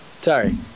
sorry